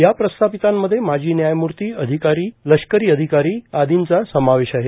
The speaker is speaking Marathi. या प्रस्थापितांमध्ये माजी न्यायमूर्ती अधिकारी लष्करी अधिकारी आदींचा सामावेश आहे